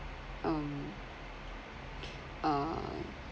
um err